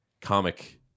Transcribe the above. comic